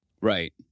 Right